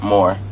More